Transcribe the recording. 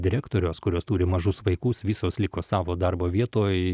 direktorės kurios turi mažus vaikus visos liko savo darbo vietoj